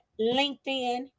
LinkedIn